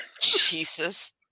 Jesus